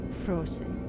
frozen